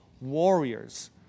warriors